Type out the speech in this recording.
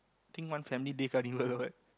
think one family day carnival what